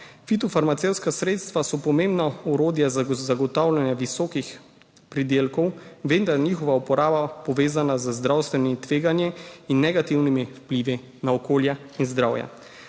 Fitofarmacevtska sredstva so pomembno orodje za zagotavljanje visokih pridelkov, vendar je njihova uporaba povezana z zdravstvenimi tveganji in negativnimi vplivi na okolje in zdravje.